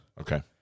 Okay